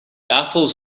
apples